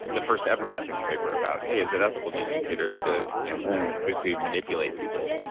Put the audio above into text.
the first ever ethics paper about, hey, is it ethical to use computers to viscerally manipulate people?